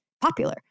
popular